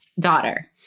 daughter